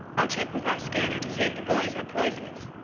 i'll check with our scanner to see if the boys are poisonous.